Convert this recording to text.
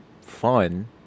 fun